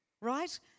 right